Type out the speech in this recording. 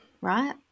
right